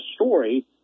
story